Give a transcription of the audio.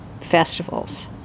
festivals